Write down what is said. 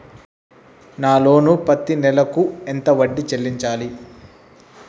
నా లోను పత్తి నెల కు ఎంత వడ్డీ చెల్లించాలి?